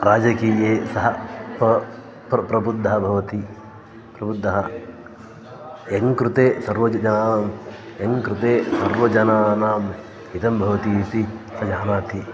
राजकीये सः प प्र प्रबुद्धः भवति प्रबुद्धः यं कृते सर्वे जनाः यं कृते सर्वे जनानाम् इदं भवति इति सः जानाति